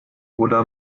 oder